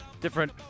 different